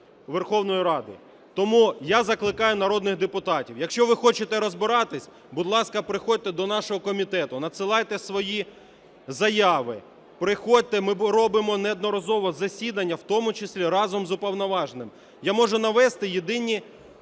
прав людини. Тому я закликаю народних депутатів: якщо ви хочете розбиратись, будь ласка, приходьте до нашого комітету, надсилайте свої заяви, приходьте, ми робимо неодноразово засідання, в тому числі разом з Уповноваженим. Я можу навести єдині